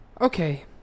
okay